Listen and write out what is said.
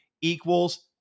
equals –